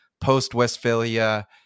post-Westphalia